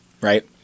right